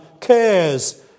cares